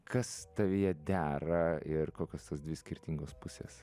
kas tavyje dera ir kokios tos dvi skirtingos pusės